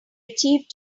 achieved